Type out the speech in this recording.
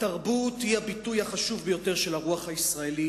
התרבות היא הביטוי החשוב ביותר של הרוח הישראלית.